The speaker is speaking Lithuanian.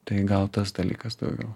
tai gal tas dalykas daugiau